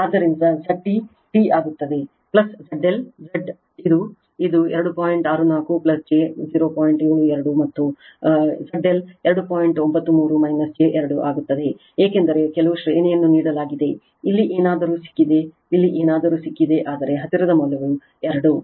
ಆದ್ದರಿಂದ Z T T ಆಗುತ್ತದೆ 2 ಮತ್ತು 8 ರ ನಡುವೆ XC